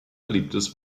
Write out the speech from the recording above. beliebtes